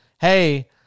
Hey